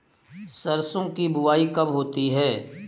सरसों की बुआई कब होती है?